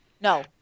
No